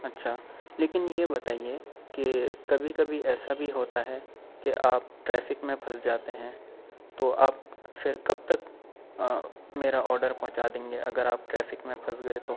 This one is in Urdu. اچھا لیکن یہ بتائیے کہ کبھی کبھی ایسا بھی ہوتا ہے کہ آپ ٹریفک میں پھنس جاتے ہیں تو آپ پھر کب تک میرا آرڈر پہنچا دیں گے اگر آپ ٹریفک میں پھنس گئے تو